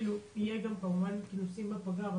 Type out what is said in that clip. כאילו יהיו גם כמובן אילוצים בפגרה אבל